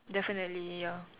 definitely ya